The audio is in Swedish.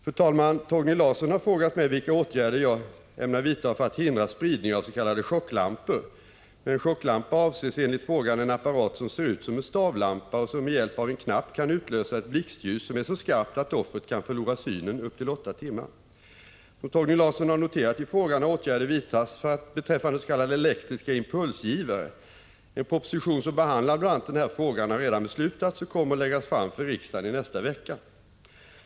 Fru talman! Torgny Larsson har frågat mig vilka åtgärder jag ämnar vidta för att hindra spridning av s.k. chocklampor. Med en chocklampa avses enligt frågan en apparat som ser ut som en stavlampa och som med hjälp av en knapp kan utlösa ett blixtljus som är så skarpt att offret kan förlora synen upp till åtta timmar. Som Torgny Larsson har noterat i frågan har åtgärder vidtagits beträffande s.k. elektriska impulsgivare. En proposition som behandlar bl.a. denna fråga har redan beslutats och kommer att läggas fram för riksdagen i nästa vecka.